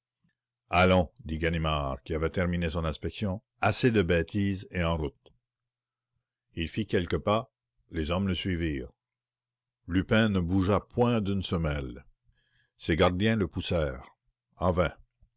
ganimard qui avait terminé son inspection assez de bêtises et en route il fit quelques pas les hommes le suivirent lupin ne bougea pas ses gardiens le poussèrent en vain